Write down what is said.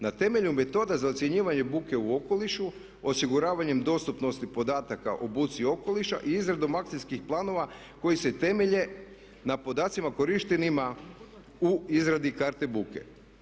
Na temelju metode za ocjenjivanje buku u okolišu, osiguravanjem dostupnosti podataka o buci okoliša i izradom akcijskih planova koji se temelje na podacima korištenima u izradi karte buke.